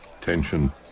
tension